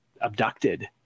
abducted